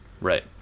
Right